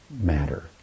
matter